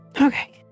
Okay